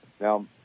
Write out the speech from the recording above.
Now